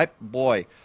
Boy